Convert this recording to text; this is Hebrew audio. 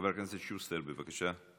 חבר הכנסת שוסטר, בבקשה.